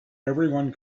everyone